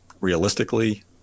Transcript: realistically